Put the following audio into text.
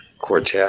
Quartet